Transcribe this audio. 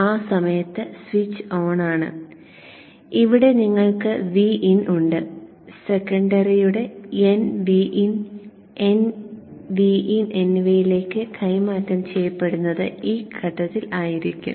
ആ സമയത്ത് സ്വിച്ച് ഓണാണ് ഇവിടെ നിങ്ങൾക്ക് Vin ഉണ്ട് സെക്കൻഡറിയുടെ nVin nVin എന്നിവയിലേക്ക് കൈമാറ്റം ചെയ്യപ്പെടുന്നത് ഈ ഘട്ടത്തിൽ ദൃശ്യമാകും